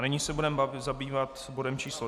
Nyní se budeme zabývat bodem číslo